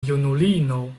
junulino